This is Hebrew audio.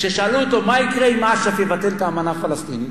כששאלו אותו מה יקרה אם אש"ף יבטל את האמנה הפלסטינית,